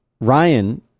Ryan